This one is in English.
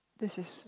this is